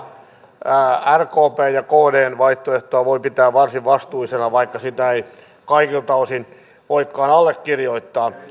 rkpn ja kdn vaihtoehtoa voi pitää varsin vastuullisena vaikka sitä ei kaikilta osin voikaan allekirjoittaa